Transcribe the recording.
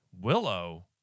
Willow